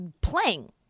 playing